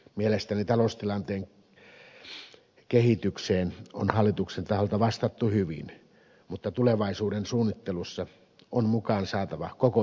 mielestäni taloustilanteen kehitykseen on hallituksen taholta vastattu hyvin mutta tulevaisuuden suunnittelussa on mukaan saatava koko yhteiskunta